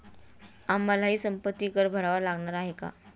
आम्हालाही संपत्ती कर भरावा लागणार आहे का?